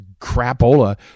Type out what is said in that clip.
crapola